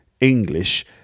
English